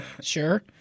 sure